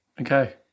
Okay